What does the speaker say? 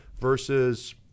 versus